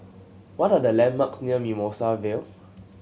what are the landmarks near Mimosa Vale